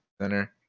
center